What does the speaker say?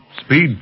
Speed